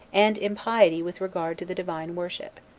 and in piety with regard to the divine worship.